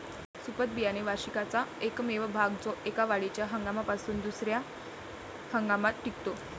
सुप्त बियाणे वार्षिकाचा एकमेव भाग जो एका वाढीच्या हंगामापासून दुसर्या हंगामात टिकतो